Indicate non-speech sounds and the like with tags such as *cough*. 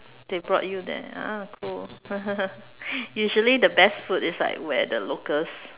they brought you there ah cool *laughs* usually the best food is like where the locals